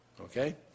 Okay